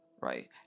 right